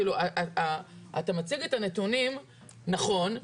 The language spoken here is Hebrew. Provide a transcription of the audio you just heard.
כאילו אתה מציג את הנתונים נכון,